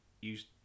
Use